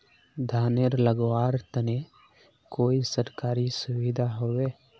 धानेर लगवार तने कोई सरकारी सुविधा होबे?